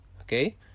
okay